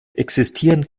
existieren